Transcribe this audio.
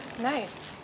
Nice